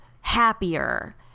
happier